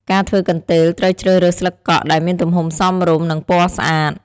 ការធ្វើកន្ទេល ត្រូវជ្រើសរើសស្លឹកកក់ដែលមានទំហំសមរម្យ និងពណ៌ស្អាត។